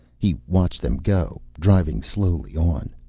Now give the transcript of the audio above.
he watched them go, driving slowly on.